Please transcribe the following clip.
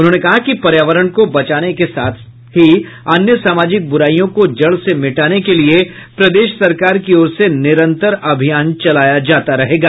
उन्होंने कहा कि पर्यावरण को बचाने के साथ अन्य सामाजिक बुराईयों को जड़ से मिटाने के लिये प्रदेश सरकार की ओर से निरंतर अभियान चलाया जाता रहेगा